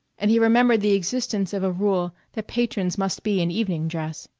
and he remembered the existence of a rule that patrons must be in evening dress.